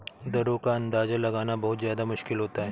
दरों का अंदाजा लगाना बहुत ज्यादा मुश्किल होता है